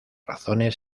razones